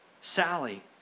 Sally